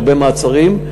הרבה מעצרים,